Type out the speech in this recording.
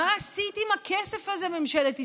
מה עשית עם הכסף הזה, ממשלת ישראל?